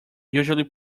usually